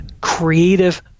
creative